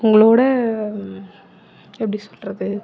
உங்களோடய எப்படி சொல்கிறது